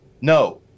No